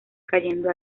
cayendo